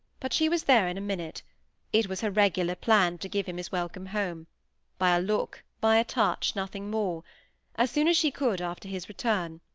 but she was there in a minute it was her regular plan to give him his welcome home by a look, by a touch, nothing more as soon as she could after his return,